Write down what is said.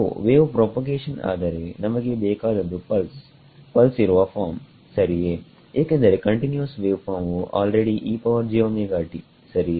ಸೋವೇವ್ ಪ್ರಾಪಗೇಷನ್ಆದರೆ ನಮಗೆ ಬೇಕಾದದ್ದು ಪಲ್ಸ್ ಇರುವ ಫಾರ್ಮ್ ಸರಿಯೇ ಏಕೆಂದರೆ ಕಂಟಿನಿವಸ್ ವೇವ್ ಫಾರ್ಮ್ ವು ಆಲ್ರೆಡಿ ಸರಿಯೇ